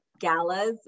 galas